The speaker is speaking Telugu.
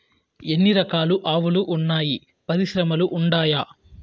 ఎన్ని రకాలు ఆవులు వున్నాయి పరిశ్రమలు ఉండాయా?